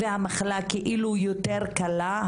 והמחלה כאילו יותר קלה,